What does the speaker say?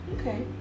Okay